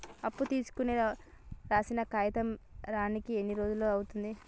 అప్పు తీసుకోనికి రాసిన కాగితం రానీకి ఎన్ని రోజులు అవుతది?